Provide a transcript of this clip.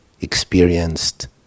experienced